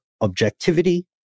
objectivity